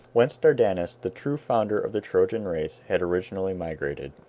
whence dardanus, the true founder of the trojan race, had originally migrated.